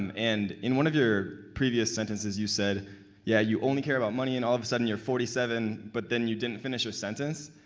and in one of your previous sentences you said yeah you only care about money and all of a sudden you're forty seven but then you didn't finish your sentence.